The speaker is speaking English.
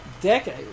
decade